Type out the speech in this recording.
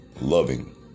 loving